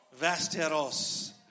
Vasteros